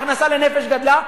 ההכנסה לנפש גדלה,